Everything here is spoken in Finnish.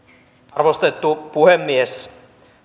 arvostettu puhemies